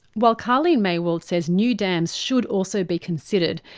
while karlene maywald says new dams should also be considered,